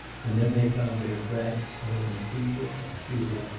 and then they found their grasp growing feeble and futile,